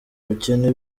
ubukene